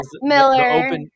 miller